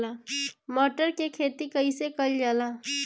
मटर के खेती कइसे कइल जाला?